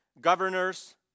governors